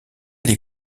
les